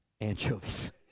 anchovies